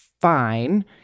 fine